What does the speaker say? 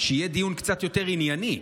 שיהיה דיון קצת יותר ענייני,